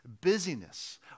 busyness